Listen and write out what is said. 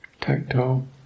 tactile